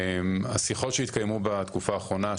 השיחות שהתקיימו בתקופה האחרונה,